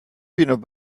peanut